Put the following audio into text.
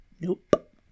Nope